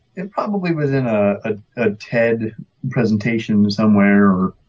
and probably within a ah ah ted presentation somewhere or